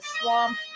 swamp